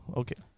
okay